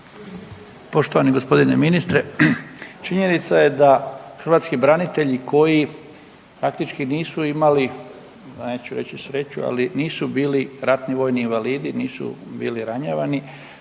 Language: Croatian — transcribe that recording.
Poštovani gospodine ministre činjenica je da hrvatski branitelji koji praktički nisu imali neću reći sreću ali nisu bili ratni vojni invalidi, nisu bili ranjavani